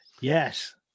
Yes